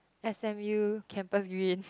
S_M_U campus green